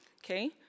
okay